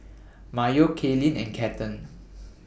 Mayo Kaylyn and Cathern